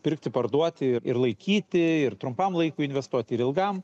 pirkti parduoti ir ir laikyti ir trumpam laikui investuoti ir ilgam